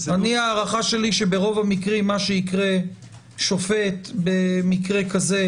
ההערכה שלי שברוב המקרים שופט במקרה כזה